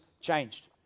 changed